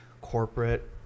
corporate